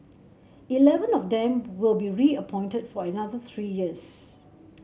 eleven of them will be reappointed for another three years